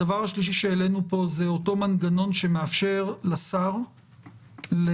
הדבר השלישי שהעלינו פה זה אותו מנגנון שמאפשר לשר לנקוט